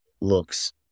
looks